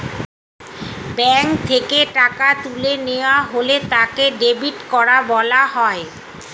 bank থেকে টাকা তুলে নেওয়া হলে তাকে ডেবিট করা বলা হয়